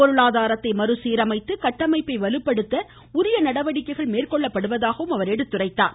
பொருளாதாரத்தை மறு சீரமைத்து கட்டமைப்பை வலுப்படுத்த உரிய நடவடிக்கைகள் மேற்கொள்ளப்படுவதாக குறிப்பிட்டார்